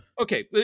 Okay